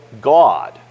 God